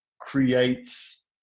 creates